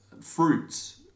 fruits